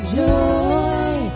joy